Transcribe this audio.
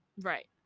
Right